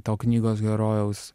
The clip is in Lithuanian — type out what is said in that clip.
to knygos herojaus